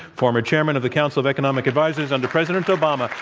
former chairman of the council of economic advisers under president obama.